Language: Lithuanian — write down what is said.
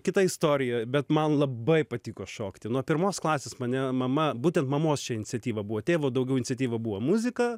kita istorija bet man labai patiko šokti nuo pirmos klasės mane mama būtent mamos čia iniciatyva buvo tėvo daugiau iniciatyva buvo muzika